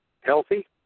healthy